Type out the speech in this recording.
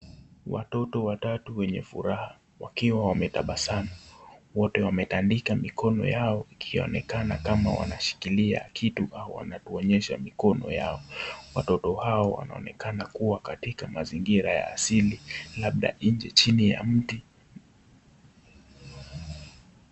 Watoto watatu wenye furaha, wakiwa wametabasamu, wote wametandika mikono yao ikionekana kama wanashikilia kitu au wanatuonyesha mikono yao. Watoto hao wanaonekana kuwa katika mazingira ya asili, labda nje chini ya mti.